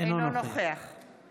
אינו נוכח חוה